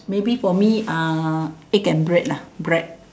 maybe for me uh egg and bread lah bread